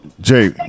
Jay